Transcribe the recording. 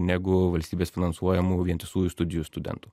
negu valstybės finansuojamų vientisųjų studijų studentų